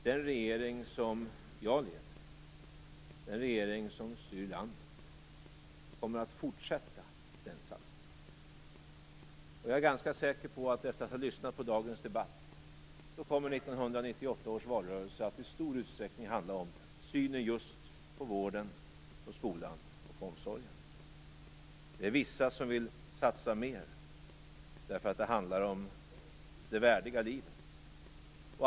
Den regering som jag leder, som styr landet, kommer att fortsätta med den satsningen. Efter att ha lyssnat på dagens debatt är jag ganska säker på att valrörelsen 1998 i stor utsträckning kommer att handla om synen på vården, skolan och omsorgen. Det är vissa som vill satsa mer därför att det handlar om det värdiga livet.